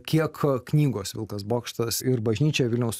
kiek knygos vilkas bokštas ir bažnyčia vilniaus